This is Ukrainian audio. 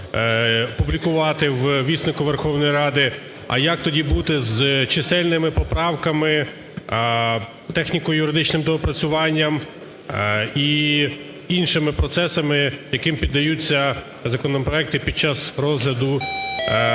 публікувати у "Віснику Верховної Ради"? А як тоді бути з чисельними поправками, техніко-юридичним доопрацюванням і іншими процесами, яким піддаються законопроекти під час розгляду до